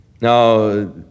Now